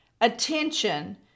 attention